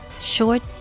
short